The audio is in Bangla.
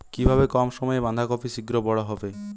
কিভাবে কম সময়ে বাঁধাকপি শিঘ্র বড় হবে?